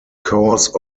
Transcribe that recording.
cause